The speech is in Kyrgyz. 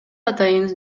атайын